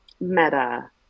Meta